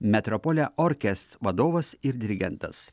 metropolia orkest vadovas ir dirigentas